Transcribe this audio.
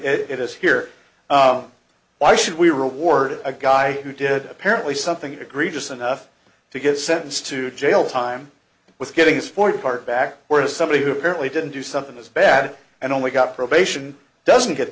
it is here why should we reward a guy who did apparently something egregious enough to get sentenced to jail time with getting his ford car back or to somebody who apparently didn't do something as bad and only got probation doesn't get